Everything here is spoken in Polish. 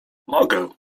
mogę